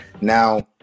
now